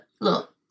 Look